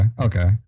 Okay